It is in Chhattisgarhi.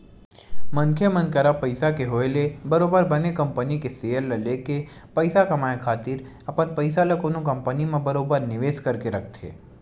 मनखे मन करा पइसा के होय ले बरोबर बने कंपनी के सेयर ल लेके पइसा कमाए खातिर अपन पइसा ल कोनो कंपनी म बरोबर निवेस करके रखथे